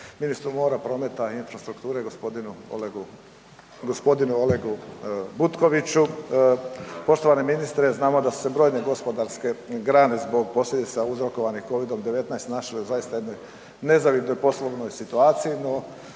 ministru mora, prometa i infrastrukture gospodinu Olegu Butkoviću. Poštovani ministre, znamo da su se brojne gospodarske grane zbog posljedica uzrokovanih COVID-19 našli u zaista jednoj nezavidnoj poslovnoj situaciji, no